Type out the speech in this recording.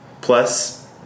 plus